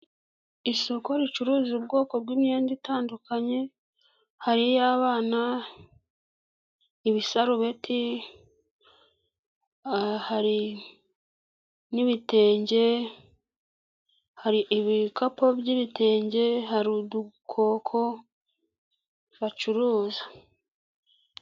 Isoko ricuruza ubwoko bw'imyenda itandukanye. hari iy'abana, ibisarubeti, hari n'ibitenge, hari ibikapu by'ibitenge, hari udukoko bacuruza.